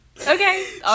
okay